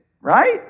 right